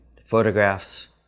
photographs